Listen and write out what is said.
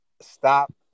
stop